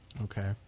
Okay